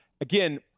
Again